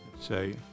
say